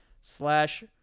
slash